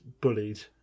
bullied